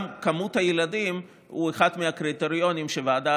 גם מספר הילדים הוא אחד מהקריטריונים שהוועדה